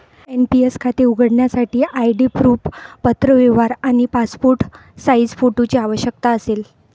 NPS खाते उघडण्यासाठी ID proof, पत्रव्यवहार आणि पासपोर्ट साइज फोटोची आवश्यकता असेल